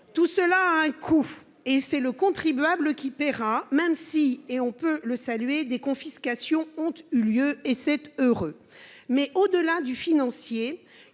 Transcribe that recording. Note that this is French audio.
Tout cela a un coût et c'est le contribuable qui paiera, même si et on peut le saluer des confiscations ont eu lieu et 7h. Mais au-delà du financier,